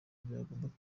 byagombaga